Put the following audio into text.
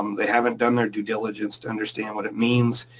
um they haven't done their due diligence to understand what it means,